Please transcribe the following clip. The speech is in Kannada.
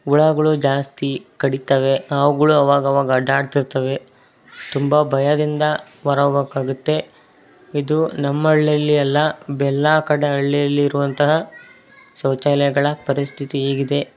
ಹುಳಗಳು ಜಾಸ್ತಿ ಕಡಿತವೆ ಹಾವ್ಗುಳು ಅವಾಗವಾಗ ಅಡ್ಡಾಡ್ತಿರ್ತಾವೆ ತುಂಬ ಭಯದಿಂದ ಹೊರಗ್ ಹೋಗ್ಕಾಗತ್ತೆ ಇದು ನಮ್ಮ ಹಳ್ಳಿಲ್ಲಿ ಅಲ್ಲ ಎಲ್ಲ ಕಡೆ ಹಳ್ಳಿಲಿರುವಂತಹ ಶೌಚಾಲಯಗಳ ಪರಿಸ್ಥಿತಿ ಹೀಗಿದೆ